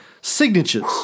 signatures